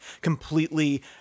completely